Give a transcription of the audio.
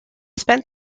spent